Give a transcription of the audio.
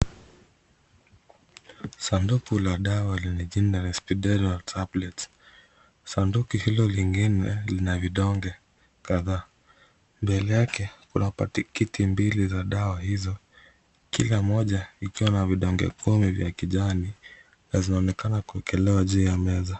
Sanduku la madawa lenye jina Pediox tablets . Sanduku hilo lingine lina vidonge kadhaa, mbele yake kuna paketi mbili za dawa izo kila moja ikiwa na vidonge kumi vya kijani, na vinaonekana kuekelewa juu ya meza.